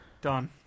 Done